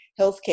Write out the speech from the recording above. healthcare